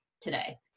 today